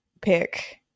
pick